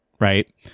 right